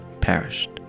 perished